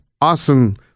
awesome